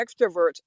extroverts